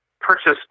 purchase